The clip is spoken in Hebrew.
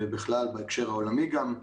ובכלל, בהקשר העולמי גם.